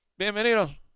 Bienvenidos